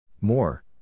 More